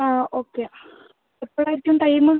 ആ ഓക്കെ എപ്പോഴായിരിക്കും ടൈം